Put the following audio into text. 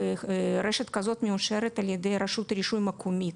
רשת כזאת מאושרת על ידי רשות רישוי מקומית,